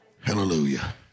Hallelujah